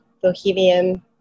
bohemian